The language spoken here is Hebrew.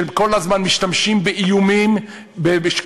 של מי שכל הזמן משתמשים באיומים כמיעוט